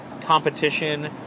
competition